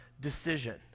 decision